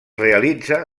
realitza